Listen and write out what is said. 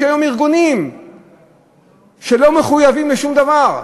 יש היום ארגונים שלא מחויבים לשום דבר.